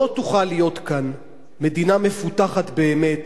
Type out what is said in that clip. לא תוכל להיות כאן מדינה מפותחת באמת,